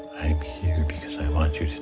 i'm here because i want you to